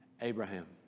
Abraham